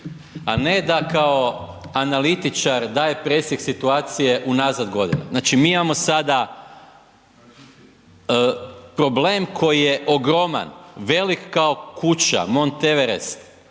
a ne da kao analitičar daje presjek situacije u nazad godina. Znači mi imamo sada problem koji je ogroman, velik kao kuća, Mont Everest,